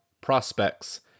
prospects